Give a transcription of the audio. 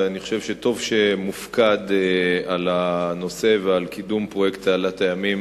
ואני חושב שטוב שהוא מופקד על הנושא ועל קידום פרויקט תעלת הימים,